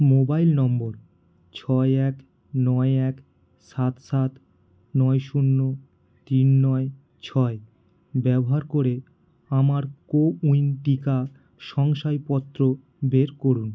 mobile নম্বর ছয় এক নয় এক সাত সাত নয় শূন্য তিন নয় ছয় ব্যবহার করে আমার কোউইন টিকা শংসাপত্র বের করুন